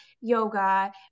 yoga